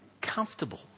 comfortable